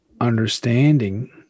understanding